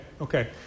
Okay